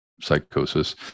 psychosis